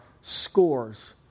scores